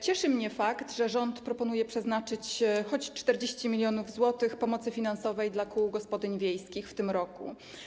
Cieszy mnie fakt, że rząd proponuje przeznaczyć choć 40 mln zł pomocy finansowej dla kół gospodyń wiejskich w tym roku.